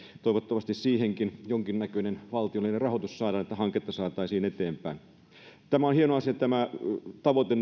toivottavasti siihenkin jonkinnäköinen valtiollinen rahoitus saadaan että hanketta saataisiin eteenpäin on hieno asia tämä neljän prosentin tavoite